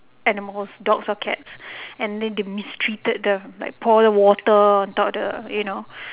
animals dogs or cats and then they mistreated the like pour the water on top of the you know